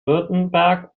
württemberg